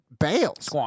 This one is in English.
bails